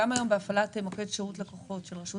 גם היום בהפעלת מוקד שירות לקוחות של רשות